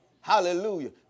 Hallelujah